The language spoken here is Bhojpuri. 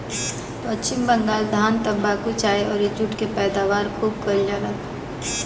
पश्चिम बंगाल धान, तम्बाकू, चाय अउरी जुट के पैदावार खूब कईल जाला